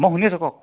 মই শুনি আছোঁ কওক